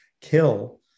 kill